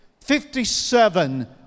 Fifty-seven